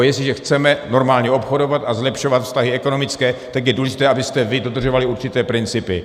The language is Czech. Jestliže chceme normálně obchodovat a zlepšovat vztahy ekonomické, tak je důležité, abyste vy dodržovali určité principy.